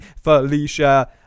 Felicia